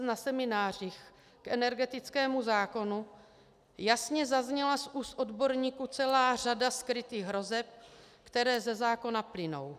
Na seminářích k energetickému zákonu jasně zazněla z úst odborníků celá řada skrytých hrozeb, které ze zákona plynou.